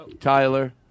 Tyler